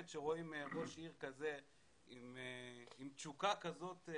כשרואים ראש עיר כזה עם תשוקה כזאת